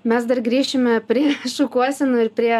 mes dar grįšime prie šukuosenų ir prie